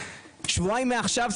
שבועיים מעכשיו,